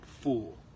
fool